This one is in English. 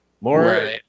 more